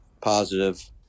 positive